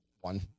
one